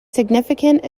significant